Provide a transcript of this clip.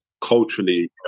culturally